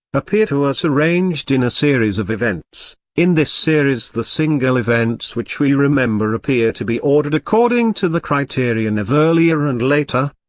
appear to us arranged in a series of events in this series the single events which we remember appear to be ordered according to the criterion of earlier and later.